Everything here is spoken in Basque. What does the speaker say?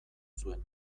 zuen